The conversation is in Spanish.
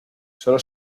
sólo